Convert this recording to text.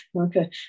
Okay